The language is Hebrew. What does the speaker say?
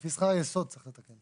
לפי שכר היסוד צריך לתקן.